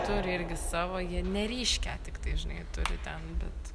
turi irgi savo jie neryškią tiktai žinai turi ten bet